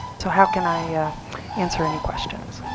so how can i answer any questions?